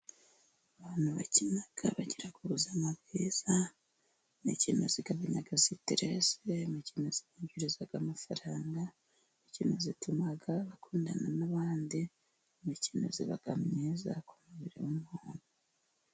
Abantu bakina bagira ku buzima bwiza. Imikino igagabanya siteresi, imikino yinjiza amafaranga, bityo igatuma bakundana n'abandi, imikino iba myiza k'umubiri w'umuntu.